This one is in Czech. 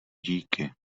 díky